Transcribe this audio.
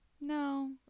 No